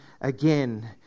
again